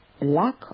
lack